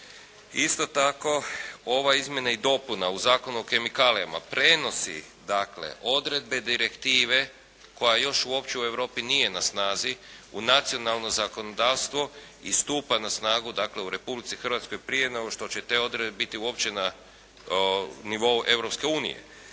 Isto tako ova izmjena i dopuna u Zakonu o kemikalijama prenosi dakle odredbe direktive koja još uopće u Europi nije na snazi u nacionalno zakonodavstvo i stupa na snagu dakle u Republici Hrvatskoj prije nego što će te odredbe biti uopće na nivou Europske unije.